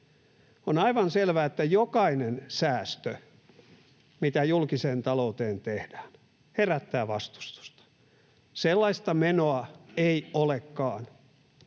On aivan selvää, että jokainen säästö, mitä julkiseen talouteen tehdään, herättää vastustusta. Sellaista menoa ei olekaan